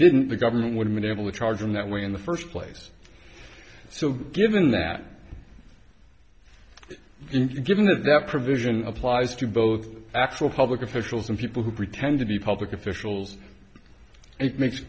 didn't the government would have been able to charge him that way in the first place so given that him given that that provision applies to both actual public officials and people who pretend to be public officials it makes